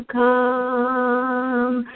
come